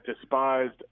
despised